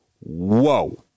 whoa